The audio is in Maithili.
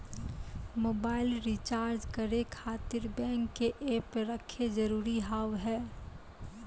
मोबाइल रिचार्ज करे खातिर बैंक के ऐप रखे जरूरी हाव है?